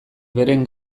beren